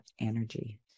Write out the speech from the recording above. energy